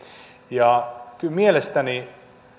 kyllä mielestäni